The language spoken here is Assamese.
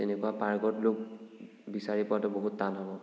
তেনেকুৱা পাৰ্গত লোক বিচাৰি পোৱাটো বহুত টান হ'ব